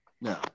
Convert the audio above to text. No